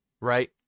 right